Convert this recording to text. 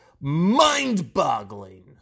mind-boggling